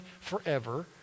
forever